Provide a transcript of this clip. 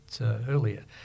earlier